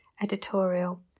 Editorial